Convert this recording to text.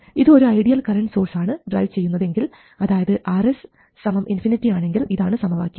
ഇത് ഒരു ideal current source ആണ് ഡ്രൈവ് ചെയ്യുന്നത് എങ്കിൽ അതായത് Rs സമം ഇൻഫിനിറ്റി ആണെങ്കിൽ ഇതാണ് സമവാക്യം